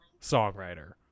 songwriter